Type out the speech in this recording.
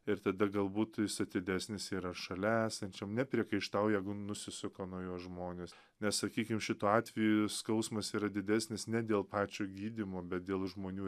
ir tada galbūt jis atidesnis yra šalia esančiam nepriekaištauja nusisuka nuo jo žmonės nesakykim šituo atveju skausmas yra didesnis ne dėl pačio gydymo bet dėl žmonių